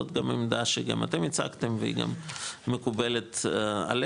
זאת גם עמדה שגם אתם הצגתם והיא גם מקובלת עלינו,